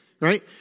Right